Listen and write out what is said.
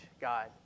God